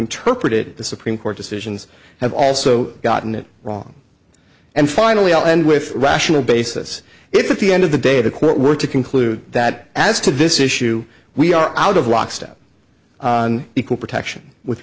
it the supreme court decisions have also gotten it wrong and finally i'll end with rational basis if at the end of the day the court were to conclude that as to this issue we are out of lockstep equal protection with